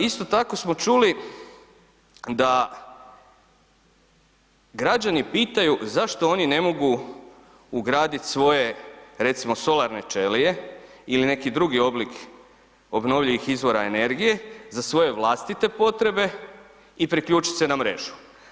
Isto tako smo čuli da građani pitaju zašto oni ne mogu ugradit svoje recimo solarne ćelije ili neki drugi oblik obnovljivih izvora energije za svoje vlastite potrebe i priključit se na mrežu.